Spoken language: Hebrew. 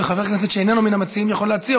וחבר כנסת שאיננו מן המציעים יכול להציע,